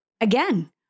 again